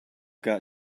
got